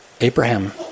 Abraham